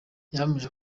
yahamije